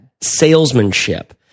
salesmanship